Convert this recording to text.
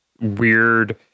weird